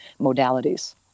modalities